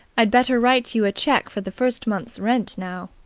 i'd better write you a cheque for the first month's rent now.